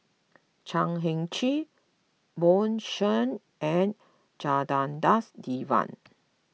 Chan Heng Chee Bjorn Shen and Janadas Devan